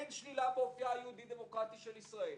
אין שלילה באופיה היהודי דמוקרטי של ישראל,